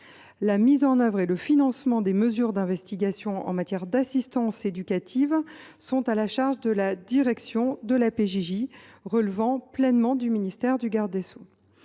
La mise en œuvre et le financement des mesures d’investigation en matière d’assistance éducative sont à la charge de la direction de la protection judiciaire de la jeunesse